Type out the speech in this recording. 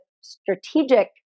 strategic